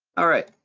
all right,